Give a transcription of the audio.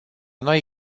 noi